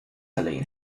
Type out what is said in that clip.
helene